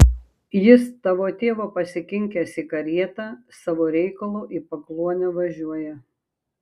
jis tavo tėvą pasikinkęs į karietą savo reikalu į pakluonę važiuoja